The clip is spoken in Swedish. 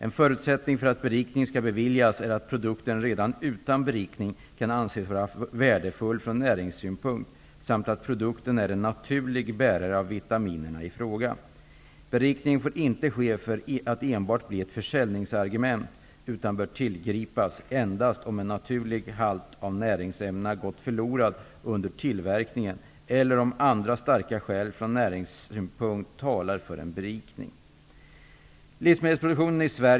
En förutsättning för att berikning skall beviljas är att produkten redan utan berikning kan anses vara värdefull från näringssynpunkt samt att produkten är en naturlig bärare av vitaminerna i fråga. Berikning får inte ske för att enbart bli ett försäljningsargument utan bör tillgripas endast om en naturlig halt av näringsämnen gått förlorad under tillverkningen eller om andra starka skäl från näringssynpunkt talar för en berikning.